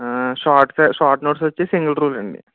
short short notes వచ్చేసి single ruled అండి